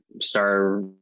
star